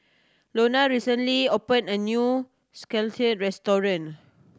Lona recently opened a new restaurant